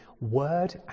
word